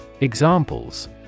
Examples